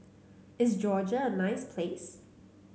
is Georgia a nice place